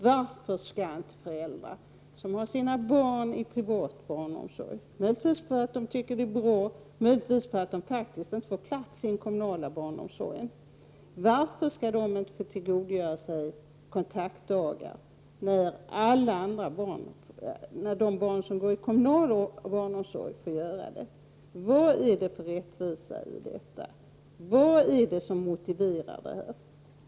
Varför skall inte föräldrar som har sina barn i privat barnomsorg — möjligtvis därför att det tycker att det är bra, möjligtvis därför att de faktiskt inte får plats i den kommunala barnomsorgen - inte få tillgodogöra sig kontaktdagar när föräldrarna till barn som har kommunal barnomsorg får göra det? Vad är det för rättvisa i detta? Vad är det som motiverar detta?